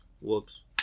Whoops